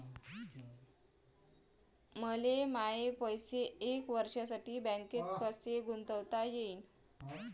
मले माये पैसे एक वर्षासाठी बँकेत कसे गुंतवता येईन?